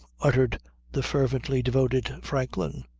uttered the fervently devoted franklin.